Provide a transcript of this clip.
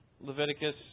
Leviticus